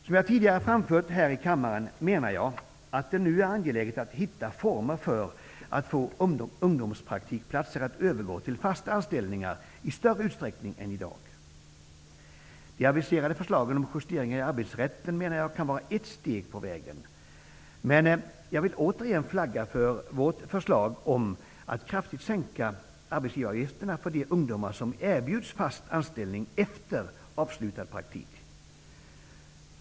Som jag tidigare framfört här i kammaren, menar jag att det nu är angeläget att hitta former för att få ungdomspraktikplatser att övergå till fasta anställningar i större utsträckning än i dag. De aviserade förslagen om justeringar i arbetsrätten menar jag kan vara ett steg på vägen, men jag vill återigen flagga för vårt förslag om en kraftig sänkning av arbetsgivaravgifterna för de företag som erbjuder ungdomar fast anställning efter avslutad praktiktid.